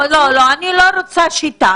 לא, לא, אני לא רוצה שיטה.